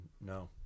No